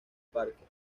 parque